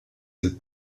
del